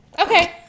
Okay